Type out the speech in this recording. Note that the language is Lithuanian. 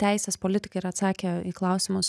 teises politikai yra atsakę į klausimus